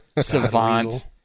Savant